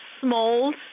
small